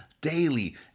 daily